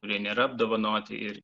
kurie nėra apdovanoti ir